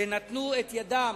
שנתנו את ידם,